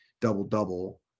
double-double